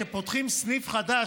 שפותחים סניף חדש,